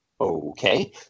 Okay